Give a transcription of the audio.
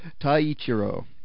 Taichiro